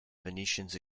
venetians